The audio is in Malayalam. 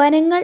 വനങ്ങൾ